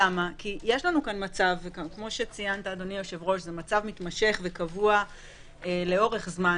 יש לנו כאן מצב קבוע ומתמשך לאורך זמן